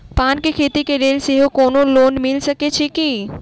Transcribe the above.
पान केँ खेती केँ लेल सेहो कोनो लोन मिल सकै छी की?